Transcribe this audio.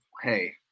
Hey